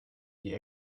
die